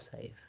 safe